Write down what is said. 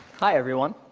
hi everyone.